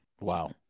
Wow